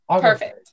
Perfect